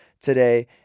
today